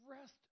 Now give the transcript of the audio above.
rest